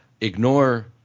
ignore